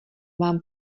vám